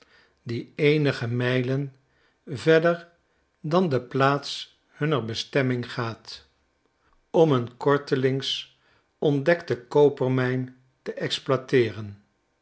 die eenige mijlen verder dan de plaats hunner bestemming gaat om een kortelings ontdektekopermijnte exploiteeren